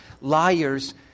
Liars